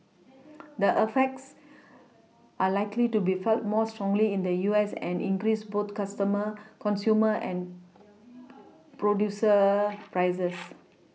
the effects are likely to be felt more strongly in the U S and increase both customer consumer and producer prices